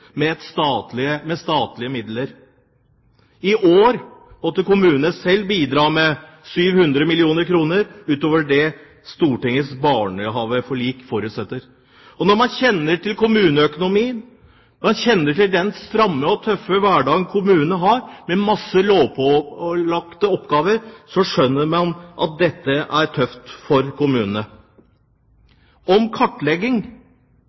med statlige midler. I år måtte kommunene selv bidra med 700 mill. kr utover det Stortingets barnehageforlik forutsetter. Når man kjenner til kommuneøkonomien, og når man kjenner til den stramme og tøffe hverdagen kommunene har med mange lovpålagte oppgaver, skjønner man at dette er tøft for kommunene. Sverige og Danmark har ment noe om kartlegging.